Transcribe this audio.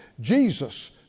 Jesus